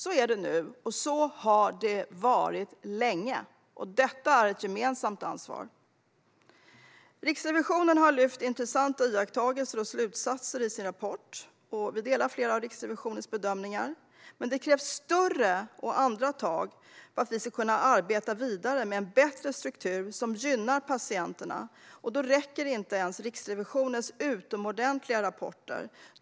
Så är det nu, och så har det varit länge, vilket är ett gemensamt ansvar. Riksrevisionen har lyft fram intressanta iakttagelser och slutsatser i sin rapport, och vi delar flera av Riksrevisionens bedömningar. Men det krävs större och andra tag för att vi ska kunna arbeta vidare med en bättre struktur som gynnar patienterna. Då räcker inte Riksrevisionens utomordentliga rapporter.